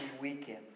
weekend